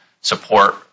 support